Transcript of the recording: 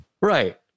Right